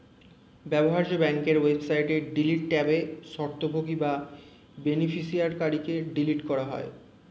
ব্যবহার্য ব্যাংকের ওয়েবসাইটে ডিলিট ট্যাবে স্বত্বভোগী বা বেনিফিশিয়ারিকে ডিলিট করা যায়